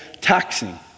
taxing